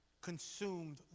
consumed